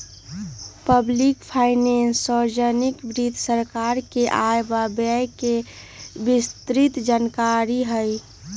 public finance सार्वजनिक वित्त सरकार के आय व व्यय के विस्तृतजानकारी हई